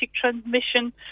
transmission